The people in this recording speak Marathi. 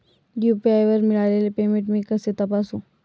यू.पी.आय वर मिळालेले पेमेंट मी कसे तपासू?